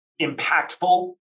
impactful